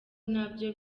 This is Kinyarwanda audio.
nabyo